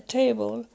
table